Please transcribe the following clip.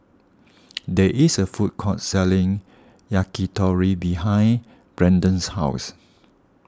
there is a food court selling Yakitori behind Brandon's house